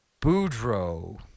Boudreaux